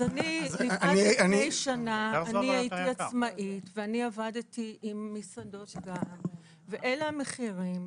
עד לפני שנה אני הייתי עצמאית ואני עבדתי גם עם מסעדות ואלה המחירים.